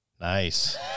nice